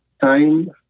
Time